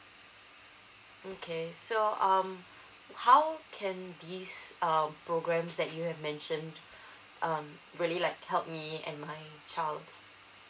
mm ~ K so um how can these um programs that you have mentioned um really like help me and my child